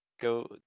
Go